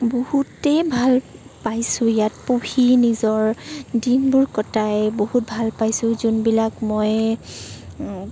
বহুতেই ভাল পাইছোঁ ইয়াত পঢ়ি নিজৰ দিনবোৰ কটাই বহুত ভাল পাইছোঁ যোনবিলাক মই